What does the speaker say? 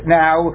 now